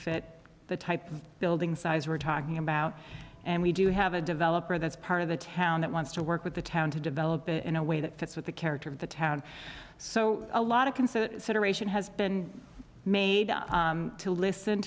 fit the type of building size we're talking about and we do have a developer that's part of the town that wants to work with the town to develop it in a way that fits with the character of the town so a lot of consider separation has been made up to listen